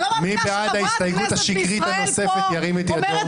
אני לא מאמינה שחברת כנסת בישראל פה אומרת